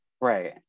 Right